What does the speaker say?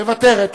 אני מוותרת.